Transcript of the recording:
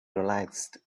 relaxed